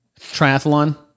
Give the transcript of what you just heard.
triathlon